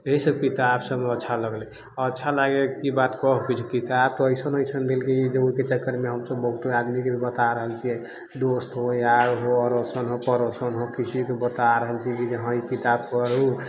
इसब किताब सब अच्छा लागलै आओर अच्छा लागलै इ बात कहके किताब तऽ एसन एसन देलकै जे ओहिके चक्करमे हमसब बहुते आदमीके भी बता रहल छियै दोस्त हो यार हो अड़ोसन हो पड़ोसन हो किसी को बता रहल छियै की जे अहाँ ई किताब पढू